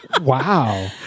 Wow